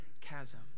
chasm